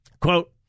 Quote